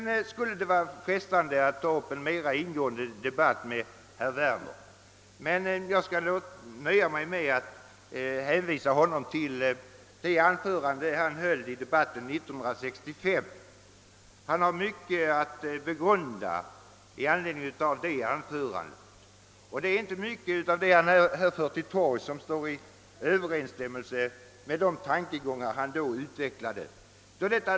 Det skulle vara frestande att ta upp en mera ingående debatt med herr Werner, men jag skall nöja mig med att hänvisa honom till det anförande han höll i debatten 1965. Han har mycket att begrunda i anledning av det anförandet. Det är inte mycket av det han nu förde till torgs som stämmer med det han då utvecklade.